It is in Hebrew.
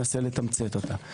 אנסה לתמצת אותה.